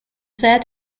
set